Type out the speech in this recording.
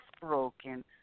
broken